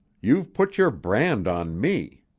you've put your brand on me.